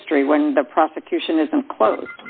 history when the prosecution is so close